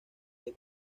del